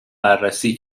بررسی